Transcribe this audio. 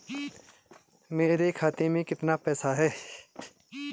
मेरे खाते में कितना पैसा है?